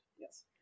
Yes